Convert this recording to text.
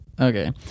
Okay